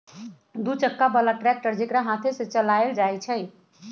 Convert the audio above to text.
दू चक्का बला ट्रैक्टर जेकरा हाथे से चलायल जाइ छइ